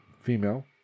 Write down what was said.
female